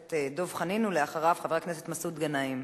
הכנסת דב חנין, ואחריו, חבר הכנסת מסעוד גנאים.